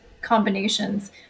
combinations